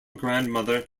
grandmother